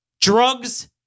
drugs